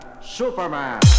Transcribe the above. Superman